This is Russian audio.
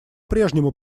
прежнему